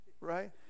Right